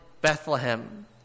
Bethlehem